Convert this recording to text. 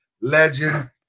legend